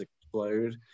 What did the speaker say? explode